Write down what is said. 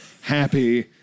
happy